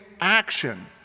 action